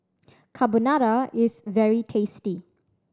carbonara is very tasty